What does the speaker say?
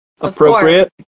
appropriate